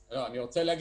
בבקשה.